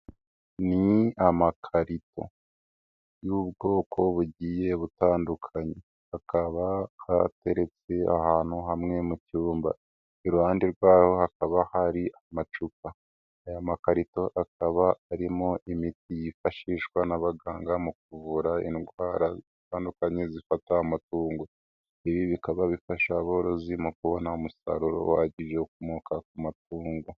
Ni amakarito y'ubwoko bugiye butandukanye hakaba hateretse ahantu hamwe mu cyumba, iruhande rw'aho hakaba hari amacupa, aya makarito akaba arimo imiti yifashishwa n'abaganga mu kuvura indwara zitandukanye zifata amatungo, ibi bikaba bifasha aborozi mu kubona umusaruro uhagije ukomoka ku matungo.